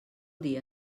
dia